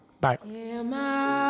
Bye